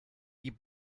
die